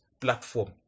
platform